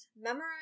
memorize